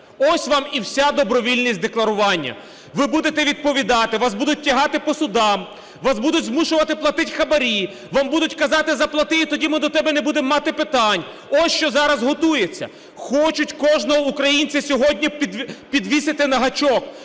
Ось вам і вся добровільність декларування. Ви будете відповідати, вас будуть тягати по судах, вас будуть змушувати платити хабарі, вам будуть казати, заплати і тоді ми до тебе не будемо питань. Ось що зараз готується. Хочуть кожного українця сьогодні підвісити на гачок,